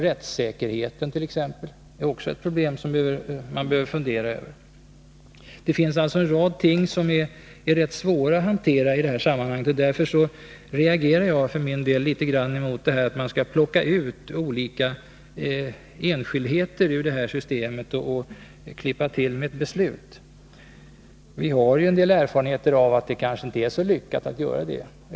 Rättssäkerheten är också ett problem som man behöver fundera över. Det finns således en rad ting som är rätt svåra att hantera i sammanhanget. Därför reagerar jag mot tanken på att plocka ut enskildheter ur systemet och klippa till med ett beslut. Vi har ju en del erfarenheter av att det kanske inte är så lyckat att göra det.